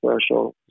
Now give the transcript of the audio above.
special